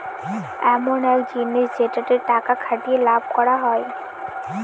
ইমন এক জিনিস যেটাতে টাকা খাটিয়ে লাভ করা হয়